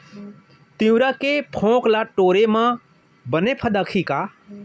तिंवरा के फोंक ल टोरे म बने फदकही का?